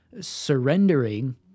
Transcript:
surrendering